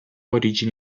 origini